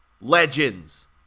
Legends